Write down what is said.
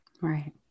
Right